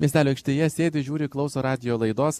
miestelio aikštėje sėdi žiūri klauso radijo laidos